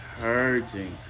hurting